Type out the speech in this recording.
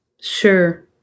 sure